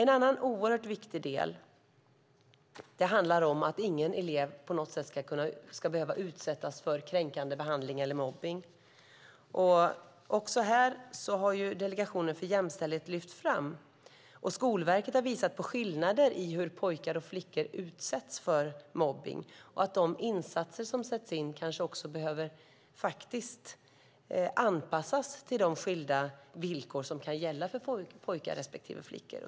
En annan oerhört viktig del handlar om att ingen elev på något sätt ska behöva utsättas för kränkande behandling eller mobbning. Också här har Delegationen för jämställdhet lyft fram och Skolverket visat på skillnader i hur pojkar och flickor utsätts för mobbning. De insatser som sätts in kanske behöver anpassas till de skilda villkor som kan gälla för pojkar respektive flickor.